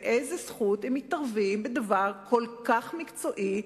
באיזו זכות הם מתערבים בדבר כל כך מקצועי,